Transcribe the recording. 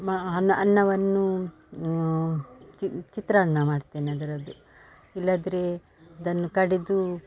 ಮ ಅನ್ನ ಅನ್ನವನ್ನು ಚಿತ್ರಾನ್ನ ಮಾಡ್ತೇನೆ ಅದರದ್ದು ಇಲ್ಲದ್ರೆ ಅದನ್ನು ಕಡೆದು